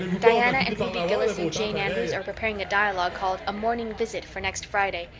diana and ruby gillis and jane andrews are preparing a dialogue, called a morning visit for next friday.